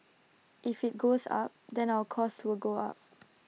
if IT goes up then our cost will go up